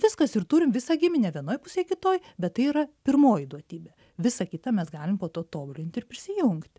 viskas ir turim visą giminę vienoj pusėj kitoj bet tai yra pirmoji duotybė visa kita mes galim po to tobulinti ir prisijungti